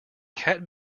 cat